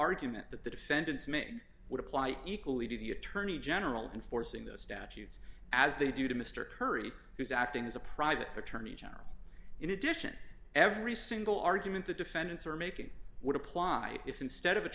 argument that the defendants make would apply equally to the attorney general in forcing those statutes as they do to mr curry who's acting as a private attorney general in addition every single argument the defendants are making would apply if instead of a